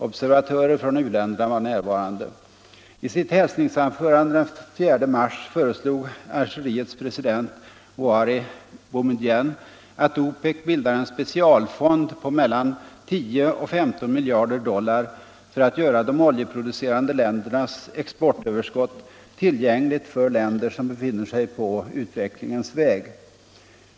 Observatörer från u-länderna var närvarande, I sitt hälsningsanförande den 4 mars föreslog Algeriets president Houari Boumedienne att OPEC bildar en specialfond på mellan 10 och 15 miljarder dollar för att göra de oljeproducerande ländernas exportöverskott tillgängligt för länder som befinner sig på utvecklingens väg.